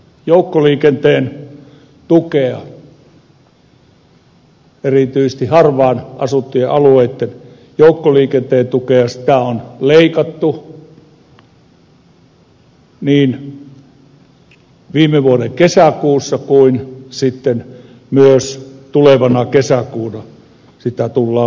joukkoliikenteen tukea erityisesti harvaan asuttujen alueitten joukkoliikenteen tukea on leikattu viime vuoden kesäkuussa ja myös tulevana kesäkuuna sitä tullaan leikkaamaan